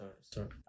start